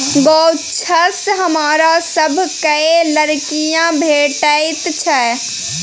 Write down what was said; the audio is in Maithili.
गाछसँ हमरा सभकए लकड़ी भेटैत छै